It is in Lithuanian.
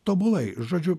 tobulai žodžiu